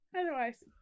otherwise